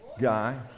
guy